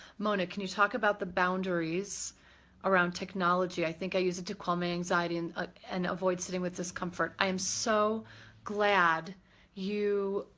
mona, can you talk about the boundaries around technology. i think i use it to quell my anxiety and ah and avoid sitting with discomfort. i am so glad you,